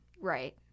right